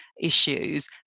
issues